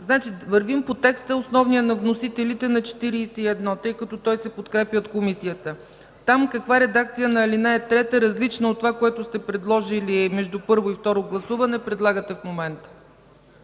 Вървим по основния текст на вносителите за чл. 41, тъй като той се подкрепя от Комисията. Там каква редакция на ал. 3, различна от това, което сте предложили между първо и второ гласуване, предлагате в момента?